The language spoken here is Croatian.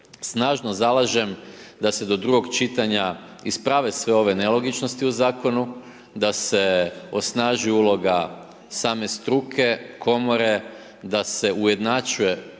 snažno zalažem da se do drugog čitanja isprave sve ove nelogičnosti u zakonu, da se osnaži uloga same struke, komore, da se ujednačuje